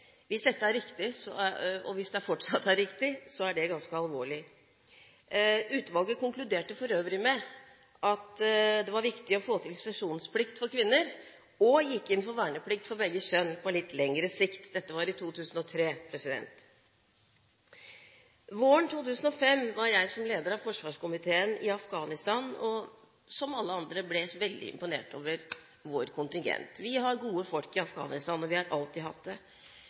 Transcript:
Hvis dette fortsatt er riktig, er det ganske alvorlig. Utvalget konkluderte for øvrig med at det var viktig å få til sesjonsplikt for kvinner – og gikk inn for verneplikt for begge kjønn på litt lengre sikt. Dette var i 2003. Våren 2005 var jeg som leder av forsvarskomiteen i Afghanistan, og som alle andre ble jeg veldig imponert over vår kontingent – vi har gode folk i Afghanistan, vi har alltid hatt det,